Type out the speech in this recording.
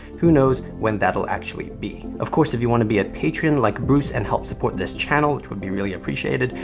who knows when that'll actually be. of course, if you wanna be a patron like bruce and help support this channel, which would be really appreciated,